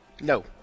No